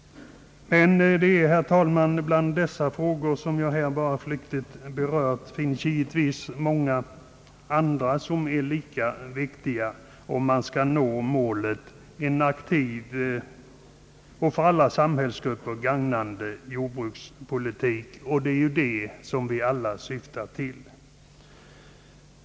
Jag har nu, herr talman, bara flyktigt kunnat beröra vissa betydelsefulla frågor — det finns givetvis många andra lika viktiga frågor när det gäller att nå målet: en aktiv och för alla samhällsgrupper gagnande jordbrukspolitik. Och det är ju en sådan vi alla syftar till.